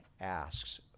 asks